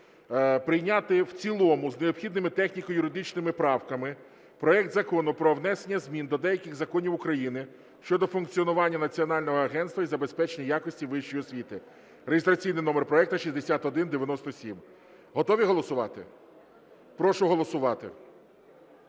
прийняти в цілому з необхідними техніко-юридичними правками проект Закону про внесення змін до деяких законів України щодо функціонування Національного агентства із забезпечення якості вищої освіти (реєстраційний номер проекту 6197). Готові голосувати? Прошу голосувати.